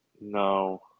No